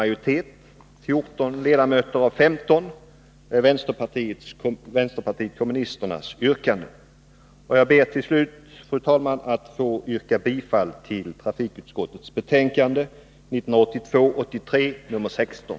Jag ber, fru talman, att få yrka bifall till hemställan i trafikutskottets betänkande 1982/83:16.